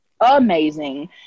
amazing